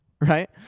right